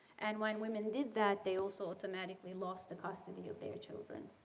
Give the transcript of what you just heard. and when women did that, they also automatically lost the custody of their children,